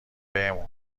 بهمون